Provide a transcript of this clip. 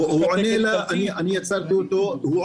הוא עונה עליו בדיוק.